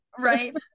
right